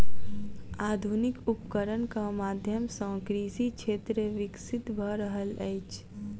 आधुनिक उपकरणक माध्यम सॅ कृषि क्षेत्र विकसित भ रहल अछि